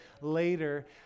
later